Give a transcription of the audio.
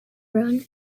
run